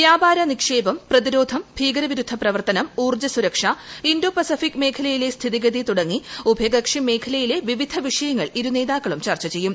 വ്യാപാര്യ നിറ്റ്ക്ഷേപം പ്രതിരോധം ഭീകരവിരുദ്ധ പ്രവർത്തനം ഊർജ്ജസുരക്ഷ ഇന്തോ പീസഫിക് മേഖലയിലെ സ്ഥിതിഗതി തുടങ്ങി ഉഭയകക്ഷി മേഖലയിലെ വിവിധ വിഷയങ്ങൾ ഇരുനേതാക്കളും ചർച്ച ചെയ്യും